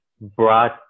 brought